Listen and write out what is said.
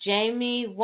Jamie